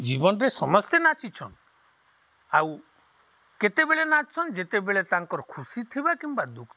ଜୀବନରେ ସମସ୍ତେ ନାଚିଛନ୍ ଆଉ କେତେବେଳେ ନାଚଛନ୍ ଯେତେବେଳେ ତାଙ୍କର ଖୁସି ଥିବା କିମ୍ବା ଦୁଃଖ୍ ଥିବା